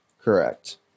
Correct